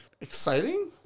exciting